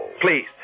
Please